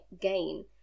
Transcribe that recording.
gain